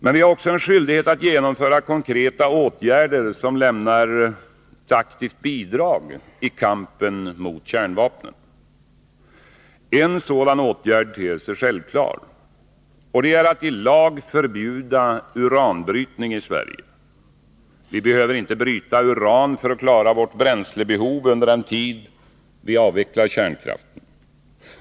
Men vi har också skyldighet att genomföra konkreta åtgärder som lämnar taktiskt bidrag i kampen mot kärnvapnen. En sådan åtgärd ter sig självklar — att i lag förbjuca uranbrytning i Sverige. Vi behöver inte bryta uran för att klara vårt bränslebehov under den tid vi avvecklar kärnkraften.